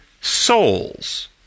souls